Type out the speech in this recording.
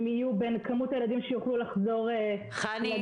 אם יהיו, בין כמות הילדים שיוכלו לחזור לגן.